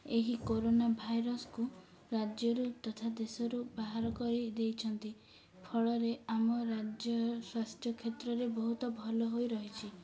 ଏହି କରୋନା ଭାଇରସ୍କୁ ରାଜ୍ୟରୁ ତଥା ଦେଶରୁ ବାହାର କରିଦେଇଛନ୍ତି ଫଳରେ ଆମ ରାଜ୍ୟ ସ୍ୱାସ୍ଥ୍ୟ କ୍ଷେତ୍ରରେ ବହୁତ ଭଲ ହୋଇ ରହିଛି